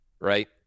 right